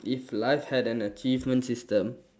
if life had an achievement system